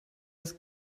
das